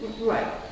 Right